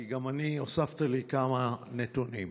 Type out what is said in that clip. כי הוספת לי כמה נתונים.